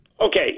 Okay